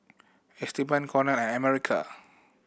Esteban Cornel and America